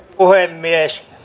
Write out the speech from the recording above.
puhemies